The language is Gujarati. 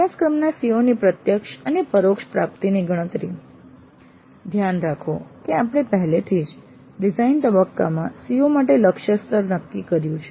અભ્યાસક્રમના CO ની પ્રત્યક્ષ અને પરોક્ષ પ્રાપ્તિની ગણતરી ધ્યાન રાખો કે આપણે પહેલાથી જ ડિઝાઇન તબક્કામાં CO માટે લક્ષ્ય સ્તર નક્કી કર્યું છે